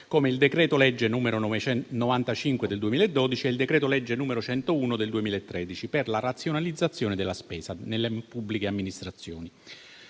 come il decreto-legge n. 95 del 2012 e il decreto-legge n. 101 del 2013 per la razionalizzazione della spesa nelle pubbliche amministrazioni.